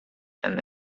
and